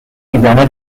میزنه